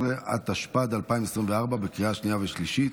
16), התשפ"ד 2024, בקריאה שנייה ושלישית.